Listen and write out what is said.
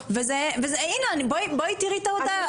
הינה בואי תראי את ההודעה,